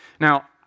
Now